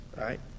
right